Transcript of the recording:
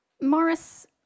Morris